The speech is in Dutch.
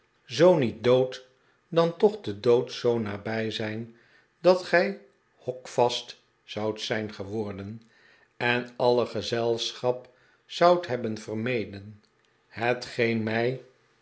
zoo niet dood dan toch den dood zoo nabij zijn dat gij hokvast zoudt zijn geworden en alle gezelschap zoudt hebben vermeden hetgeen mij